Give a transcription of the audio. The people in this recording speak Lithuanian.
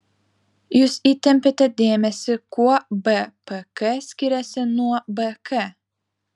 jūs įtempiate dėmesį kuo bpk skiriasi nuo bk